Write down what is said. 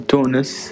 Tunis